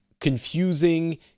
confusing